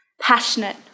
Passionate